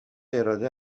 اراده